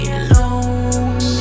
alone